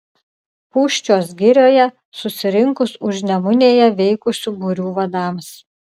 pūščios girioje susirinkus užnemunėje veikusių būrių vadams